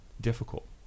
Difficult